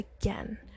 again